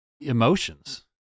emotions